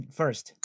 first